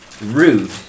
Rude